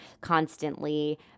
constantly